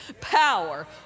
power